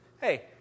Hey